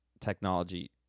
technology